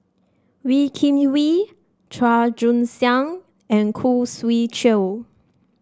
Wee Kim Wee Chua Joon Siang and Khoo Swee Chiow